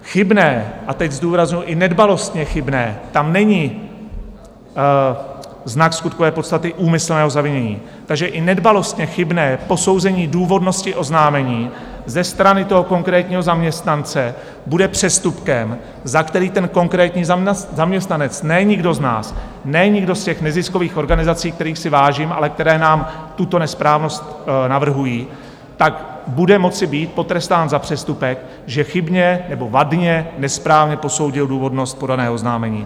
Chybné a teď zdůrazňuju, i nedbalostně chybné, tam není znak skutkové podstaty úmyslného zavinění takže i nedbalostně chybné posouzení důvodnosti oznámení ze strany konkrétního zaměstnance bude přestupkem, za který konkrétní zaměstnanec, ne nikdo z nás, ne nikdo z těch neziskových organizací, kterých si vážím, ale které nám tuto nesprávnost navrhují, tak bude moci být potrestán za přestupek, že chybně nebo vadně, nesprávně posoudil důvodnost podaného oznámení.